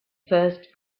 first